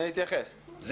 אני אתייחס.